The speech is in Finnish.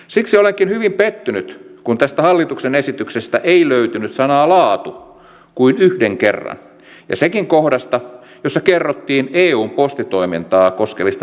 siksi olenkin hyvin pettynyt kun tästä hallituksen esityksestä ei löytynyt sanaa laatu kuin yhden kerran ja sekin kohdasta jossa kerrottiin eun postitoimintaa koskevista säädöksistä